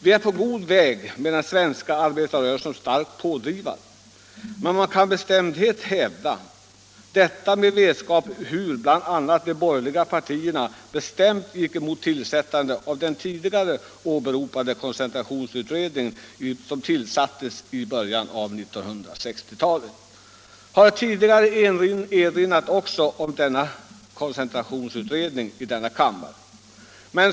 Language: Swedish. Vi är på god väg med den svenska arbetarrörelsen som stark pådrivare. Man kan med bestämdhet hävda detta med vetskap om bl.a. hur de borgerliga partierna bestämt gick emot tillsättandet av den tidigare åberopade koncentrationsutredningen i början av 1960-talet. Jag har tidigare erinrat om koncentrationsutredningen i denna kammare.